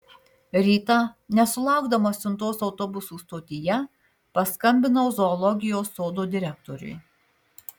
rytą nesulaukdamas siuntos autobusų stotyje paskambinau zoologijos sodo direktoriui